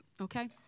okay